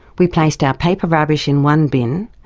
we placed our paper rubbish in one bin.